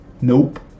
Nope